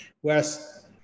whereas